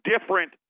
different